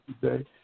today